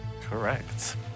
Correct